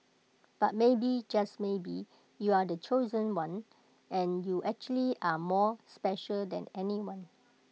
but maybe just maybe you're the chosen one and you actually are more special than everyone